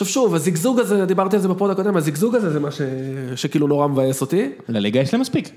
עכשיו שוב, הזיגזוג הזה, דיברתי על זה בפוד קודם, הזיגזוג הזה זה מה שכאילו נורא מבאס אותי. לליגה יש לה מספיק.